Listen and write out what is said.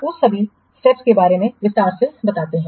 तो अब हम उन सभी स्टेप्स के बारे में विस्तार से बताते हैं